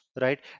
right